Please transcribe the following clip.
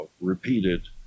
repeated